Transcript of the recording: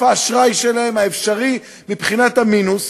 האשראי שלהם האפשרי מבחינת המינוס,